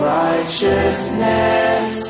righteousness